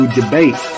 debate